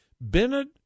Bennett